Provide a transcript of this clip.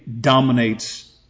dominates